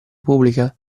pubblica